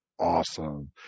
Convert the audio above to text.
awesome